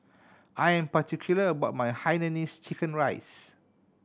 I am particular about my hainanese chicken rice